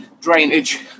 drainage